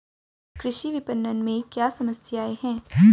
कृषि विपणन में क्या समस्याएँ हैं?